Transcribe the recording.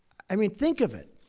i mean, think of it.